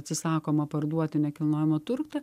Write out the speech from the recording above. atsisakoma parduoti nekilnojamą turtą